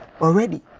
already